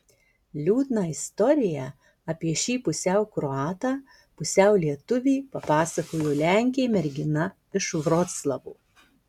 liūdną istoriją apie šį pusiau kroatą pusiau lietuvį papasakojo lenkė mergina iš vroclavo